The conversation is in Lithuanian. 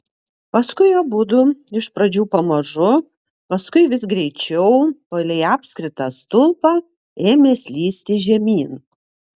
paskui abudu iš pradžių pamažu paskui vis greičiau palei apskritą stulpą ėmė slysti žemyn